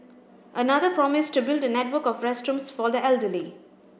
another promised to build a network of rest rooms for the elderly